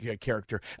character